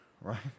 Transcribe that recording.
right